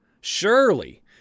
Surely